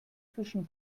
zwischen